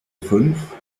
fünf